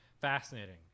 fascinating